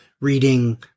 reading